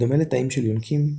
בדומה לתאים של יונקים,